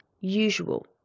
usual